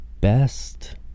best